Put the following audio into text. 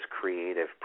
creative